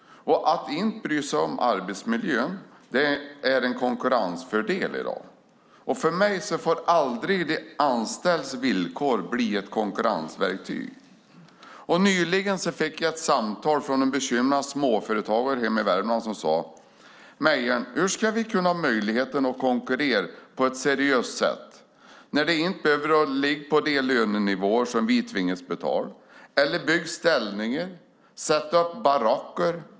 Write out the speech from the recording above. Att inte bry sig om arbetsmiljön är i dag en konkurrensfördel. För mig får de anställdas villkor aldrig bli ett konkurrensverktyg. Jag fick nyligen ett samtal från en bekymrad småföretagare hemma i Värmland som sade: Mejern! Hur ska vi ha möjlighet att konkurrera på ett seriöst sätt när de inte behöver ligga på de lönenivåer som vi tvingas betala, bygga ställningar eller sätta upp baracker?